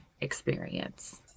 experience